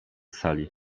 sali